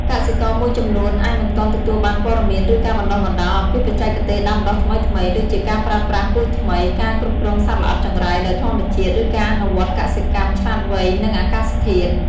កសិករមួយចំនួនអាចមិនទាន់ទទួលបានព័ត៌មាន ឬការបណ្ដុះបណ្ដាលអំពីបច្ចេកទេសដាំដុះថ្មីៗ ដូចជាការប្រើប្រាស់ពូជថ្មី ការគ្រប់គ្រងសត្វល្អិតចង្រៃដោយធម្មជាតិ ឬការអនុវត្តកសិកម្មឆ្លាតវៃនឹងអាកាសធាតុ។